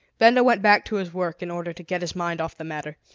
benda went back to his work in order to get his mind off the matter.